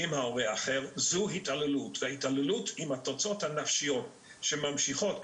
זו התעללות שיש לו